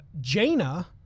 Jaina